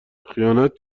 خیانت